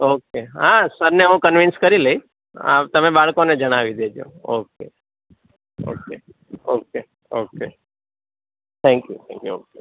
okay હા સરને હુ કનવીન્સ કરી લઇશ તમે બાળકોને જણાવી દો okay okay okay okay thank you thank you okay